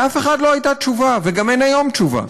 לאף אחד לא הייתה תשובה וגם אין היום תשובה.